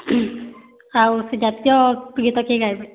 ଆଉ ସେ ଜାତୀୟ ଗୀତ କିଏ ଗାଏବେ